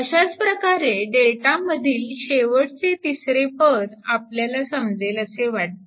अशाच प्रकारे Δ मधील शेवटचे तिसरे पद आपल्याला समजेल असे वाटते